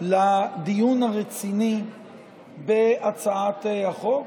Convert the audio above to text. לדיון רציני בהצעת החוק,